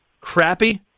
crappy